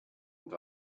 and